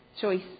choice